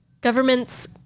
Governments